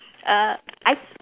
err I